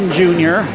junior